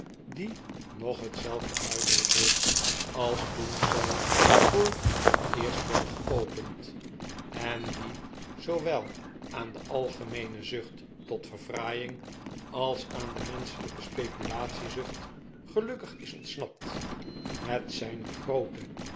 die nog hetzelfde uiterlijk heeft als toen zij voor het eerst werd geopend en die zoowel aan de algemeene zucht tot verfraaiing als aan de menschelijke speculatiezucht gelukkig is ontsnapt het zijn groote